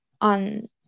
on